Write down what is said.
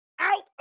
out